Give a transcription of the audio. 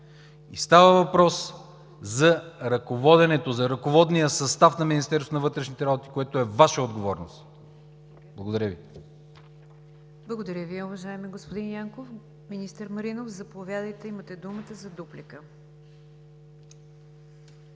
че става въпрос за ръководенето, за ръководния състав на Министерството на вътрешните работи, което е Ваша отговорност! Благодаря Ви. ПРЕДСЕДАТЕЛ НИГЯР ДЖАФЕР: Благодаря Ви, уважаеми господин Янков. Министър Маринов, заповядайте – имате думата за дуплика.